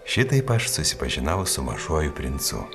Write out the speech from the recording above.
šitaip aš susipažinau su mažuoju princu